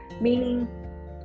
Meaning